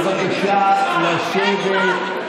בבקשה לשבת.